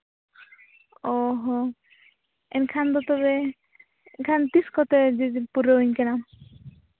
ᱚ ᱦᱚᱸ ᱮᱱᱠᱷᱟᱱ ᱫᱚ ᱛᱚᱵᱮ ᱮᱱᱠᱷᱟᱱ ᱛᱤᱥ ᱠᱚᱛᱮ ᱡᱩᱛ ᱯᱩᱨᱟᱹᱣ ᱟᱹᱧ ᱠᱟᱱᱟᱢ